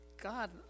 God